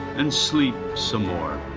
and sleep some more.